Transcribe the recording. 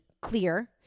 clear